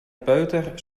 peuter